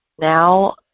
now